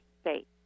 state